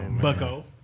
Bucko